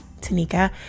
tanika